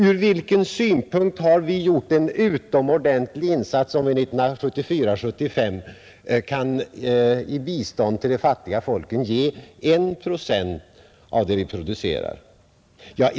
Från vilken synpunkt har vi till 1974/75 gjort ”en utomordentlig insats”, om vi i bistånd till de fattiga folken kan ge I procent av vad vi producerar?